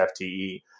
FTE